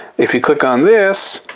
if you click on this,